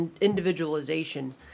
individualization